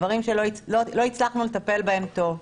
דברים שלא הצלחנו לטפל בהם טוב.